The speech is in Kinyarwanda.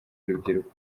urubyiruko